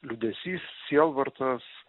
liūdesys sielvartas